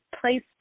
place